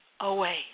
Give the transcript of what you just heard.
away